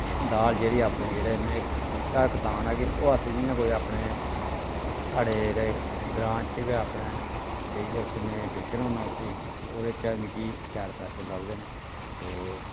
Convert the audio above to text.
दाल जेह्ड़ी अपने जेह्ड़े में निक्का कसान आं कि ओह् अस जियां कोई अपने साढ़े जेह्ड़े ग्रां च गै अपने लेइयै उत्थै में बेचना होन्नां उसी ते ओह्दे चा मिकी शैल पैसे लभदे न ते